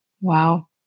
Wow